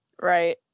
Right